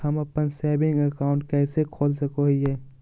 हम अप्पन saving account कइसे खोल सको हियै?